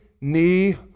knee